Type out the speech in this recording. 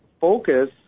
focus